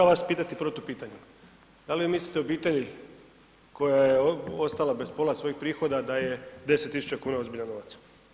Ja vas mogu pitati protupitanje, da li mislite o obitelji koja je ostala bez posla svojih prihoda, da je 10 000 kuna ozbiljan novac?